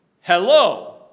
Hello